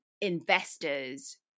investors